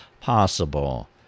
possible